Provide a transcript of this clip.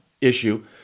issue